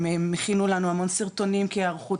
הם הכינו לנו המון סרטונים כהערכות